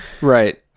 Right